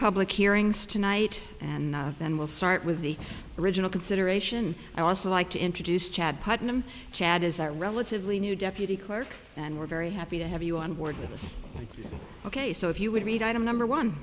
public hearings tonight and then we'll start with the original consideration i also like to introduce chad putnam chad is a relatively new deputy clerk and we're very happy to have you on board with us ok so if you would read item number one